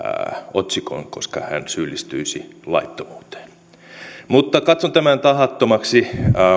otsikon koska hän syyllistyisi laittomuuteen katson tämän tahattomaksi